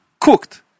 Cooked